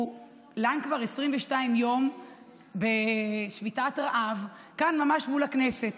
הוא לן כבר 22 יום בשביתת רעב כאן, ממש מול הכנסת.